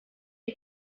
nta